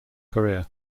career